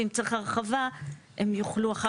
ואם צריך הרחבה הם יוכלו אחר כך.